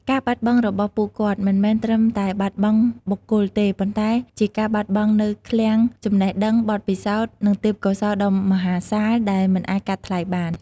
ការបាត់បង់របស់ពួកគាត់មិនមែនត្រឹមតែបាត់បង់បុគ្គលទេ ប៉ុន្តែជាការបាត់បង់នូវឃ្លាំងចំណេះដឹង បទពិសោធន៍ និងទេពកោសល្យដ៏មហាសាលដែលមិនអាចកាត់ថ្លៃបាន។